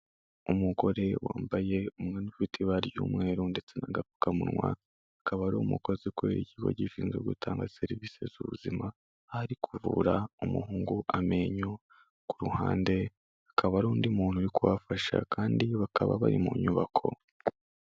Umugore wambaye umwenda ufite ibara ry'umweru ndetse n'agapfukamunwa, akaba ari umukozi ukorera ikigo gishinzwe gutanga serivisi z'ubuzima, aho ari kuvura umuhungu amenyo, ku ruhande hakaba hari undi muntu uri kubafasha kandi bakaba bari mu nyubako.